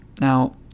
Now